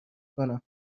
کنم